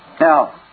Now